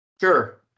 Sure